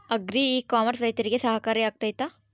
Agri e commerce ರೈತರಿಗೆ ಸಹಕಾರಿ ಆಗ್ತೈತಾ?